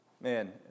Man